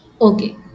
Okay